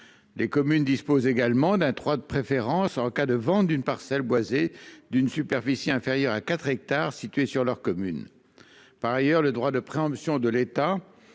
Des communes disposent également d'un trois de préférence en cas de vente d'une parcelle boisée d'une superficie inférieure à quatre hectares situés sur leur commune. Par ailleurs le droit de préemption de l'est